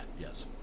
yes